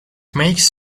makes